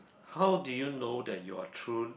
how do you know that you are true